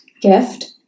gift